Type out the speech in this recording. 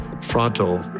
frontal